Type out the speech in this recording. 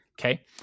Okay